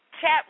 chat